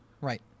Right